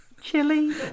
Chili